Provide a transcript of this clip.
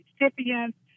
recipients